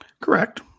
Correct